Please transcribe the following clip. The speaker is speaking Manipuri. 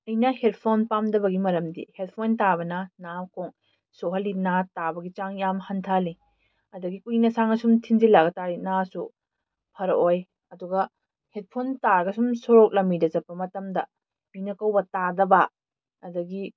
ꯑꯩꯅ ꯍꯦꯠꯐꯣꯟ ꯄꯥꯝꯗꯕꯒꯤ ꯃꯔꯝꯗꯤ ꯍꯦꯠꯐꯣꯟ ꯇꯥꯕꯅ ꯅꯥꯀꯣꯡ ꯁꯣꯛꯍꯜꯂꯤ ꯅꯥ ꯇꯥꯕꯒꯤ ꯆꯥꯡ ꯌꯥꯝ ꯍꯟꯊꯍꯜꯂꯤ ꯑꯗꯒꯤ ꯀꯨꯏꯅ ꯁꯥꯡꯅ ꯁꯨꯝ ꯊꯤꯟꯖꯜꯂꯒ ꯇꯥꯔꯗꯤ ꯅꯥꯁꯨ ꯐꯔꯛꯑꯣꯏ ꯑꯗꯨꯒ ꯍꯦꯠꯐꯣꯟ ꯇꯥꯔꯒ ꯁꯨꯝ ꯁꯣꯔꯣꯛ ꯂꯝꯕꯤꯗ ꯆꯠꯄ ꯃꯇꯝꯗ ꯃꯤꯅ ꯀꯧꯕ ꯇꯥꯗꯕ ꯑꯗꯒꯤ